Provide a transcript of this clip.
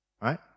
right